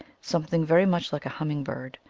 something very much like a humming-bird,